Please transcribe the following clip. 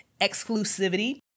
exclusivity